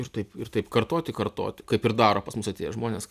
ir taip ir taip kartoti kartoti kaip ir daro pas mus atėję žmonės